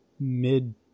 mid